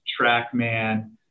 TrackMan